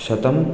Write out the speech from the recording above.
शतम्